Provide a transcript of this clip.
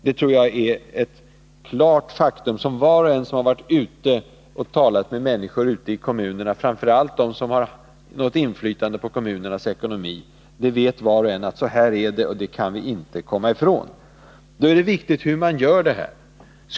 Det tror jag är ett klart faktum för var och en som har varit ute och talat med människor i kommunerna, framför allt de som har något inflytande på kommunernas ekonomi. Så här är det, och det kan vi inte komma ifrån. Då är det viktigt hur man gör detta.